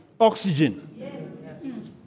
oxygen